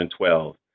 2012